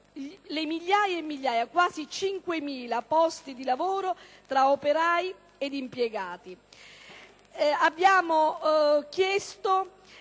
le migliaia e migliaia (quasi 5.000) di posti di lavoro, tra operai e impiegati. Abbiamo chiesto